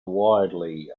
widely